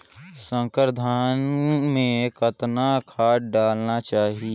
संकर धान मे कतना खाद डालना चाही?